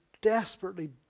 desperately